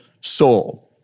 soul